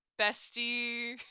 bestie